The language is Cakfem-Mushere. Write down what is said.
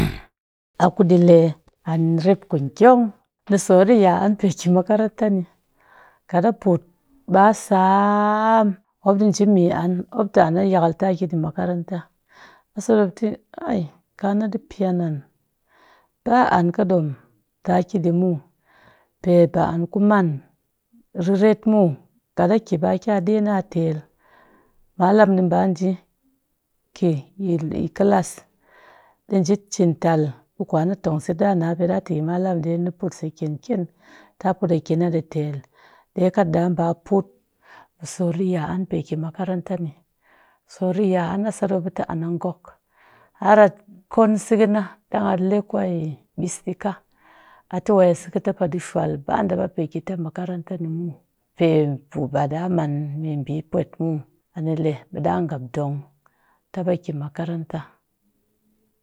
akuɗi le an rep ku giong di soor ɗi ya'an pe ki makaranta ni kat a put ɓaa saam mop ɗi nji mi an mop ti an a yakal ta ki ɗi makaranta a sat mop a ti hai kana ɗi piyang an, ba an ƙɨ dom ta ki ɗi muw' pe ba an ku man riret muw kat a ki ɓa kya ɗena a tel malam ni ba nji ki yi klass ɗi nji cin tal ɓi kwan a tong se ti ɗa napa ɗati yi malam ɗeni ni put se kyenkyen ti'a put a kina ɗi tel, ɗe kat ɗa ɓa put ɓi soor ɗi yə'an pe ki makaranta ni, soor ɗi ya'an a sat mop ti an a ngook har a kon sɨghɨna ɗang a le kwe mbis ɗika a te a sɨghɨta ɗi shwal baɗapa pe kita makaranta ni muw. Pe ku baɗa man meɓipwet mu anile ɓi ɗaa ngapdong tap aki makaranta.